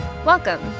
Welcome